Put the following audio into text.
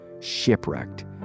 shipwrecked